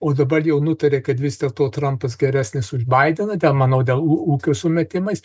o dabar jau nutarė kad vis dėlto trampas geresnis už baideną ten manau dėl ūkio sumetimais